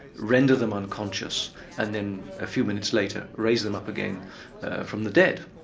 render them unconscious and then a few minutes later raise them up again from the dead.